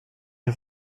auf